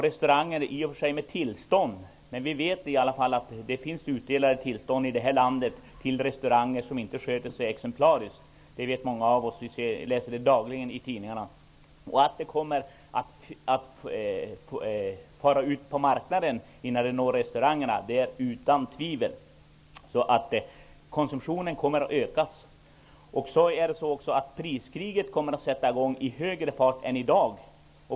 Det är i och för sig fråga om restauranger med serveringstillstånd, men det har utdelats tillstånd också till restauranger som inte sköter sig exemplariskt. Det kan vi dagligen läsa om i tidningarna. Det är också otvivelaktigt så att starkölet kommer att fara ut på marknaden innan det når fram till restaurangerna. Konsumtionen kommer att öka, och priskriget kommer att bli livligare än i dag.